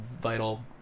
vital